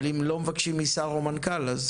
אבל אם לא מבקשים משר או מנכ"ל אז